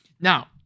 Now